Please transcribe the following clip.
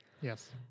Yes